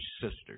sisters